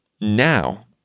Now